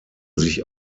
sich